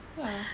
ya